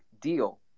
deal